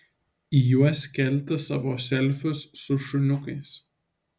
į juos kelti savo selfius su šuniukais